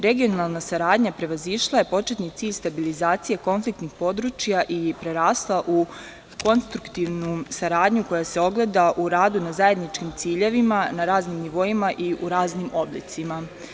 Regionalna saradnja prevazišla je početni cilj stabilizacije konfliktnih područja i prerasla u konstruktivnu saradnju koja se ogleda u radu na zajedničkim ciljevima na raznim nivoima i u raznim oblicima.